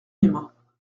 mesmin